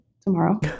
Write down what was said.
tomorrow